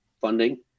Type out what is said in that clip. funding